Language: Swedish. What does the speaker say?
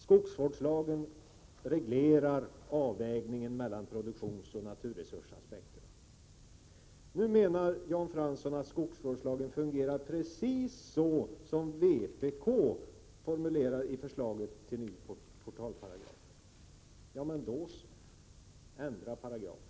Skogsvårdslagen reglerar avvägningen mellan produk 37 tionsoch naturresursaspekterna. Nu menar Jan Fransson att skogsvårdslagen fungerar precis så som vpk formulerar förslaget till ny portalparagraf. Men då så, ändra paragrafen!